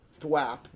thwap